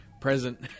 present